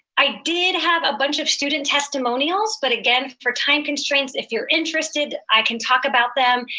i did have a bunch of student testimonials, but again, for time constraints, if you're interested, i can talk about them,